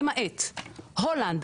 למעט הולנד,